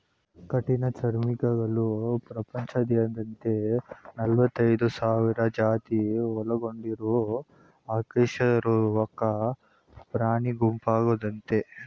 ಕಠಿಣಚರ್ಮಿಗಳು ಪ್ರಪಂಚದಾದ್ಯಂತ ನಲವತ್ತೈದ್ ಸಾವಿರ ಜಾತಿ ಒಳಗೊಂಡಿರೊ ಅಕಶೇರುಕ ಪ್ರಾಣಿಗುಂಪಾಗಯ್ತೆ